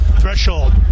Threshold